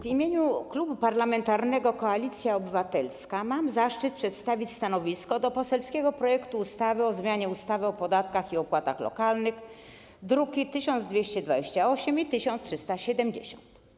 W imieniu Klubu Parlamentarnego Koalicja Obywatelska mam zaszczyt przedstawić stanowisko wobec poselskiego projektu ustawy o zmianie ustawy o podatkach i opłatach lokalnych, druki nr 1228 i 1370.